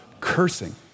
cursing